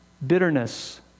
Bitterness